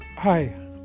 Hi